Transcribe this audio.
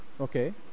Okay